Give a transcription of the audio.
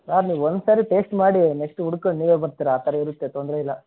sir ನೀವು ಒಂದು ಸಾರಿ ಟೇಶ್ಟ್ ಮಾಡಿ ನೆಕ್ಶ್ಟ್ ಹುಡ್ಕೊಂಡ್ ನೀವೇ ಬರ್ತೀರ ಆ ಥರ ಇರುತ್ತೆ ತೊಂದರೆ ಇಲ್ಲ